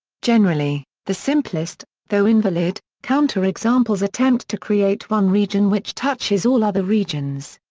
generally, the simplest, though invalid, counterexamples attempt to create one region which touches all other regions.